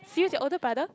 serious your older brother